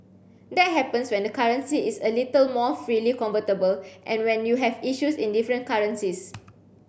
that happens when the currency is a little more freely convertible and when you have issues in different currencies